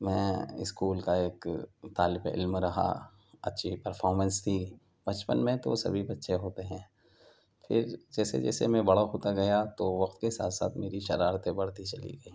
میں اسکول کا ایک طالب علم رہا اچھی پرفامنس تھی بچپن میں تو سبھی بچے ہوتے ہیں پھر جیسے جیسے میں بڑا ہوتا گیا تو وقت کے ساتھ ساتھ میری شرارتیں بڑھتی چلی گئیں